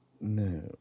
No